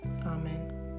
amen